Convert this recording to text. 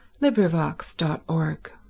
LibriVox.org